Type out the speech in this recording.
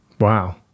Wow